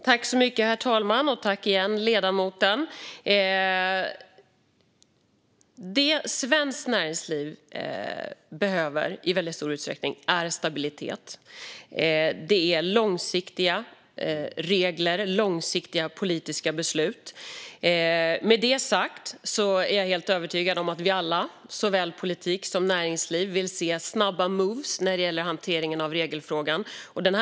Herr talman! Tack igen, ledamoten! Det svenskt näringsliv behöver i väldigt stor utsträckning är stabilitet. Det är långsiktiga regler och långsiktiga politiska beslut. Med det sagt är jag helt övertygad om att vi alla såväl i politik som i näringsliv vill se snabba moves när det gäller hanteringen av regelfrågan.